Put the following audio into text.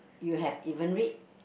you have even read